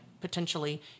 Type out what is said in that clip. potentially